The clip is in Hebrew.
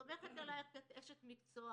אני סומכת עליך כי את אשת מקצוע.